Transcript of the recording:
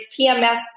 PMS